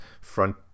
front